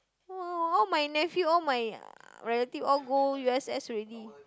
!wah! all my nephew all my relative all go U_S_S already